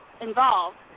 involved